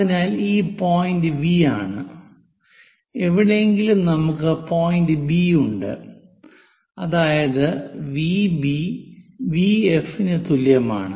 അതിനാൽ ഇത് point V ആണ് എവിടെയെങ്കിലും നമുക്ക് പോയിന്റ് ബി ഉണ്ട് അതായത് വിബി വിഎഫി ന് തുല്യമാണ്